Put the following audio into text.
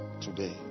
today